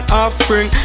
offspring